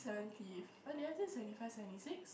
seventy what did I say seventy five seventy six